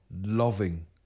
loving